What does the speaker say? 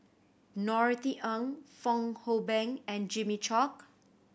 Norothy Ng Fong Hoe Beng and Jimmy Chok